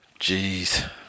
Jeez